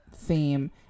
theme